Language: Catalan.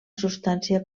substància